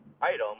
item